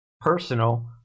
personal